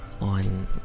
on